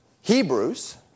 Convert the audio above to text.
Hebrews